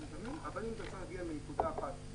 אבל אם אתה צריך להגיע מנקודה אחת,